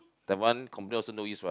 that one complain also no use what